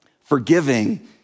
forgiving